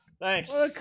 Thanks